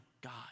God